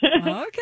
Okay